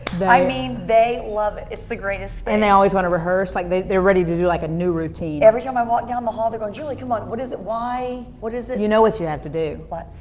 but i mean, they love it. it's the greatest thing. and they always wanna rehearse, like they're ready to do like a new routine. every time i walk down the hall, they're going julie, come on, what is it, y, what is it? you know what you have to do. what?